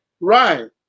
Right